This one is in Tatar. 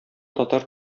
татар